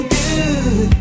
good